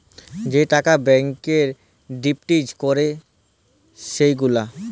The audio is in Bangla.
যে টাকা ব্যাংকে ডিপজিট ক্যরে সে গুলা